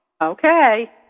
Okay